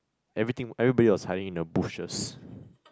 everything everybody was hiding in the bushes